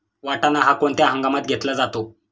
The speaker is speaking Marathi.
वाटाणा हा कोणत्या हंगामात घेतला जातो?